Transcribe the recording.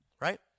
Right